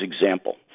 example